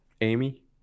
Amy